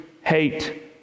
hate